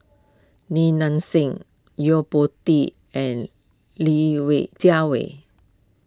Li Nanxing Yo Po Tee and Li Jiawei